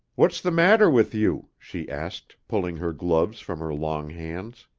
what's the matter with you? she asked, pulling her gloves from her long hands.